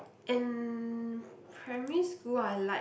and primary school I like